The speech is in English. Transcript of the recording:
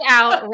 out